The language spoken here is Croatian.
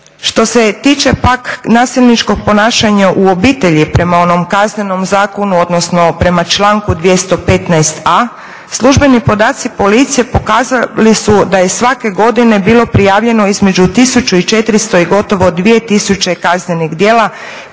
Što se tiče pak nasilničkog ponašanja u obitelji prema onom Kaznenom zakonu odnosno prema članku 215.a službeni podaci policije pokazali su da je svake godine bilo prijavljeno između 1400 i gotovo 2000 kaznenih djela